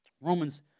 Romans